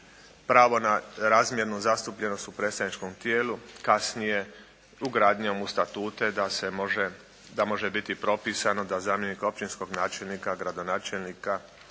pravo na razmjernu zastupljenost u predstavničkom tijelu, kasnije ugradnjom u statute da se može, da može biti propisano da zamjenik općinskog načelnika, gradonačelnika